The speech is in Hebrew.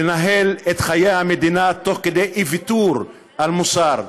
לנהל את חיי המדינה תוך אי-ויתור על מוסר.